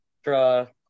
extra